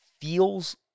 feels